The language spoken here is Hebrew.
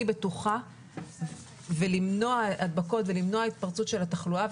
בטוחה ולמנוע הדבקות ולמנוע התפרצות של התחלואה.